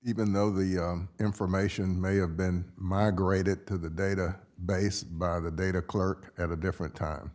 even though the information may have been migrated to the data base the data clerk had a different time